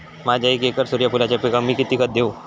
माझ्या एक एकर सूर्यफुलाच्या पिकाक मी किती खत देवू?